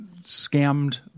scammed